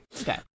Okay